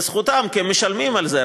זה זכותם, כי הם משלמים על זה.